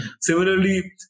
Similarly